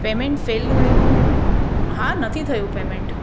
payment fail ગયું હા નથી થયું પેમેન્ટ